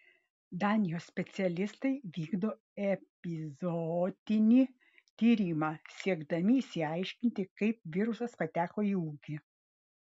danijos specialistai vykdo epizootinį tyrimą siekdami išsiaiškinti kaip virusas pateko į ūkį